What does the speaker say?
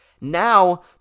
Now